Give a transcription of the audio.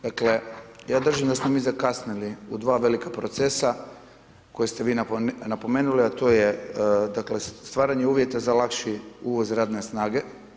Dakle, ja držim da smo mi zakasnili u dva velika procesa koja ste vi napomenuli, a to je dakle stvaranje uvjeta za lakši uvoz radne snage.